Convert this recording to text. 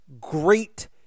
great